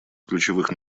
ключевых